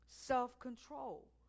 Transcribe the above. Self-control